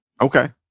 okay